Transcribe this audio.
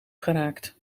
geraakt